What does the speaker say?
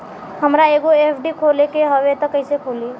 हमरा एगो एफ.डी खोले के हवे त कैसे खुली?